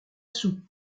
sou